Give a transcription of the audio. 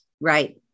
Right